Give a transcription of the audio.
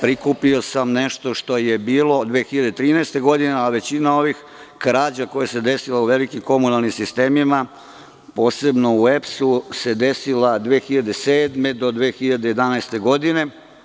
Prikupio sam nešto što je bilo 2013. godine, a većina ovih krađa koje su se desile u velikim komunalnim sistemima, posebno u EPS, desile su se 2007. do 2011. godine.